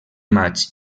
maig